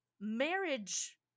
marriage